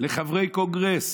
לחברי קונגרס